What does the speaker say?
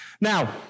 Now